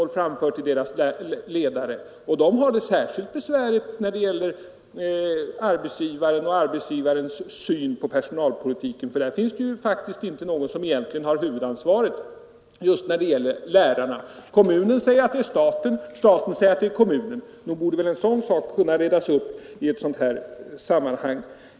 Lärarna har det särskilt besvärligt när det gäller arbetsgivaren och dennes syn på personalpolitiken, eftersom det faktiskt inte finns någon som egentligen har huvudansvaret för detta. Kommunen säger att det är staten, och staten säger att det är kommunen. Nog borde väl den saken kunna redas upp i ett sådant här sammanhang.